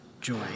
joy